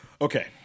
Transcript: Okay